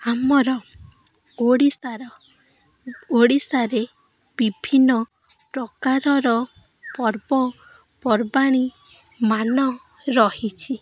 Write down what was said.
ଆମର ଓଡ଼ିଶାର ଓଡ଼ିଶାରେ ବିଭିନ୍ନ ପ୍ରକାରର ପର୍ବପର୍ବାଣିମାନ ରହିଛି